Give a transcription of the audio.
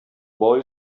boy